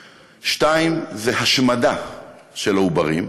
2. השמדה של העוברים,